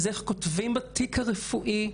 איך כותבים בתיק הרפואי,